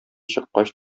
чыккач